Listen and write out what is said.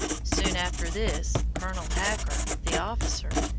soon after this, colonel hacker, the officer,